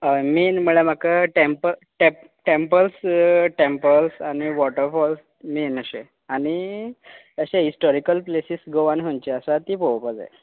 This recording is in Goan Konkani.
हय मेन म्हणल्यार म्हाका टँप टॅप टँपल्स टँपल्स आनी वॉट फॉल्स मेन अशे आनी अशे हिश्टॉरिकल प्लेसीस गोवान खंची आसा तीं पळोपा जाय